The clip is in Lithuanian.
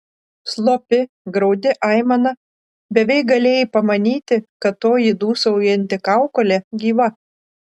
slopi graudi aimana beveik galėjai pamanyti kad toji dūsaujanti kaukolė gyva